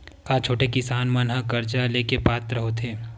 का छोटे किसान मन हा कर्जा ले के पात्र होथे?